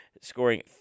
scoring